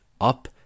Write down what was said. up